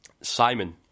Simon